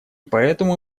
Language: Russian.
поэтому